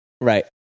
Right